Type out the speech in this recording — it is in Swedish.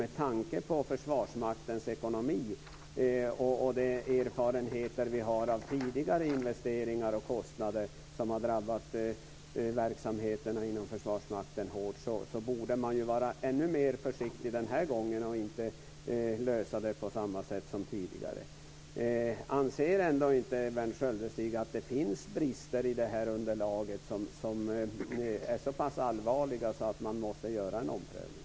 Med tanke på Försvarsmaktens ekonomi och de erfarenheter vi har av tidigare investeringar och kostnader, som har drabbat verksamheterna inom Försvarsmakten hårt, borde man vara ännu mer försiktig den här gången. Man borde inte lösa det på samma sätt som tidigare. Anser inte Berndt Sköldestig att det finns brister i underlaget som är så pass allvarliga att man måste göra en omprövning?